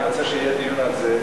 אני רוצה שיהיה דיון על זה,